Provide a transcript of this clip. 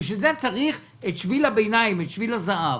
לכן צריך את שביל הביניים, את שביל הזהב.